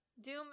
Doom